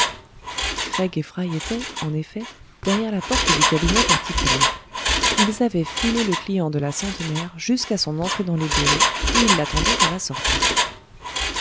craig et fry étaient en effet derrière la porte du cabinet particulier ils avaient filé le client de la centenaire jusqu'à son entrée dans les bureaux et ils l'attendaient à la sortie